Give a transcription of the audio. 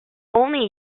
only